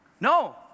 No